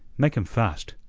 make him fast,